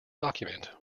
document